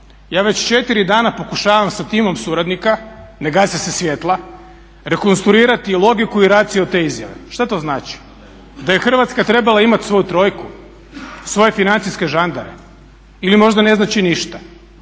Ja već 4 dana pokušavam sa timom suradnika, ne gase se svjetla, rekonstruirati logiku i racio te izjave. Šta to znači? Da je Hrvatska trebala imat svoju trojku, svoje financijske žandare ili možda ne znači ništa,